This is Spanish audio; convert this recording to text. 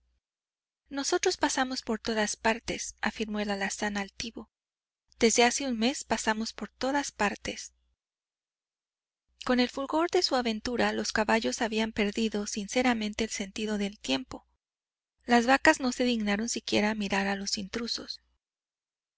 nosotros pasamos por todas partes afirmó el alazán altivo desde hace un mes pasamos por todas partes con el fulgor de su aventura los caballos habían perdido sinceramente el sentido del tiempo las vacas no se dignaron siquiera mirar a los intrusos